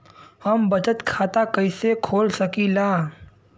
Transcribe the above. हम बचत खाता कईसे खोल सकिला?